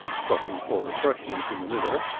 stopping for refreshment in the middle,